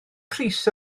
pris